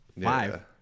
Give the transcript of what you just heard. five